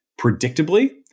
Predictably